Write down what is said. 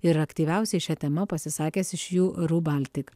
ir aktyviausiai šia tema pasisakęs iš jų ru baltic